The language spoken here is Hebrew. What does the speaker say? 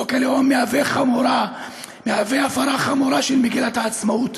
חוק הלאום מהווה הפרה חמורה של מגילת העצמאות.